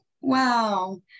wow